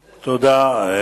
תודה.